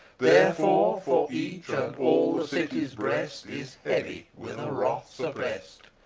therefore for each and all the city's breast is heavy with a wrath supprest,